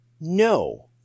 No